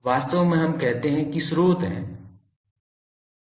वास्तव में हम कहते हैं कि स्रोत हैं